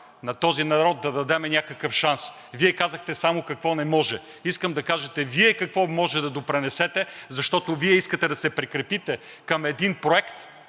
на този народ да дадем някакъв шанс? Вие казахте само какво не може. Искам да кажете Вие какво може да допринесете? Защото Вие искате да се прикрепите към един проект